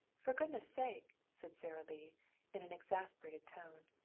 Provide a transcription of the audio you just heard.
for goodness' sake, said sara lee in an exasperated tone,